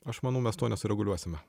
aš manau mes to nesureguliuosime